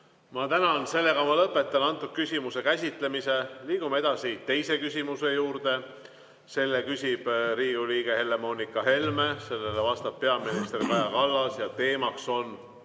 Ma tänan! Lõpetan selle küsimuse käsitlemise. Liigume teise küsimuse juurde. Selle küsib Riigikogu liige Helle-Moonika Helme, sellele vastab peaminister Kaja Kallas ja teema on